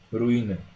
ruiny